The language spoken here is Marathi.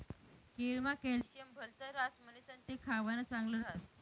केळमा कॅल्शियम भलत ह्रास म्हणीसण ते खावानं चांगल ह्रास